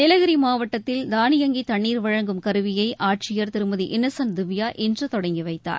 நீலகிரி மாவட்டத்தில் தானியங்கி தண்ணீர் வழங்கும் கருவியை ஆட்சியர் திருமதி இன்னோசன்ட் திவ்யா இன்று தொடங்கி வைத்தார்